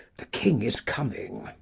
the king is coming.